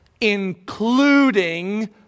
including